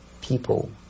people